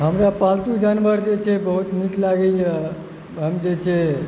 हमरा पालतू जानवर जे छै बहुत नीक लागैए हम जे छै